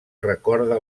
recorda